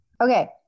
Okay